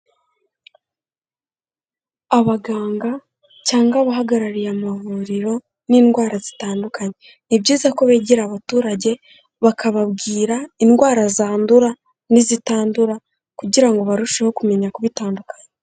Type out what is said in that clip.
Abaganga cyangwa abahagarariye amavuriro n'indwara zitandukanye, ni byiza ko begera abaturage bakababwira indwara zandura n'izitandura kugira ngo barusheho kumenya kubitandukanya.